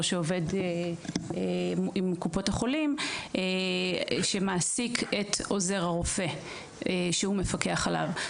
שעובד עם קופות החולים שמעסיק את עוזר הרופא שהוא מפקח עליו.